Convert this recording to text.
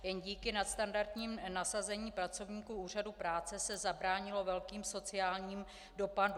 Jen díky nadstandardnímu nasazení pracovníků úřadu práce se zabránilo velkým sociálním dopadům.